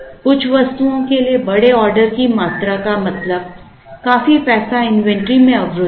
कुछ वस्तुओं के लिए बड़े ऑर्डर की मात्रा का मतलब काफी पैसा इन्वेंटरी में अवरुद्ध है